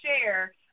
share